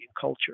culture